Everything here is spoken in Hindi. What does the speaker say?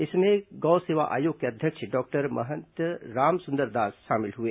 इसमें गौ सेवा आयोग के अध्यक्ष डॉक्टर महंत रामसुंदर दास शामिल हुए